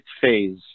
phase